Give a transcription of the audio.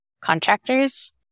contractors